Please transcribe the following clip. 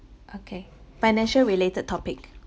okay financial related topic